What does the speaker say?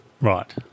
Right